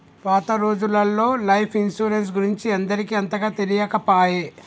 పాత రోజులల్లో life insurance గురించి అందరికి అంతగా తెలియకపాయె